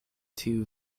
tiu